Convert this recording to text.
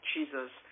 Jesus